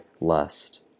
lust